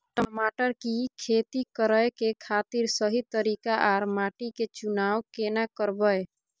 टमाटर की खेती करै के खातिर सही तरीका आर माटी के चुनाव केना करबै?